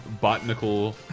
Botanical